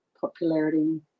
popularity